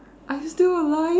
are you still alive